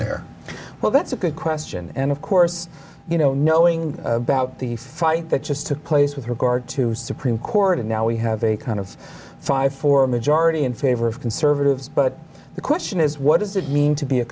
there well that's a good question and of course you know knowing about the fight that just took place with regard to supreme court and now we have a kind of five four majority in favor of conservatives but the question is what does it mean to be a